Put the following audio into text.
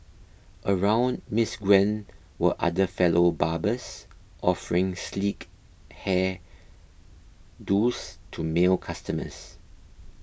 around Miss Gwen were other fellow barbers offering sleek hair do's to male customers